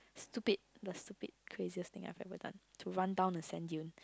stupid the stupid craziest thing I have ever done to run down the sand